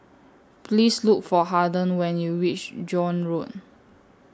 Please Look For Harden when YOU REACH Joan Road